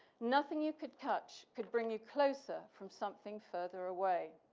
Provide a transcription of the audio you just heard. nothing you could catch could bring you closer from something further away.